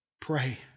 Pray